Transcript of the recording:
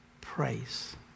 praise